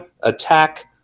attack